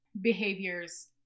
behaviors